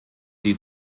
die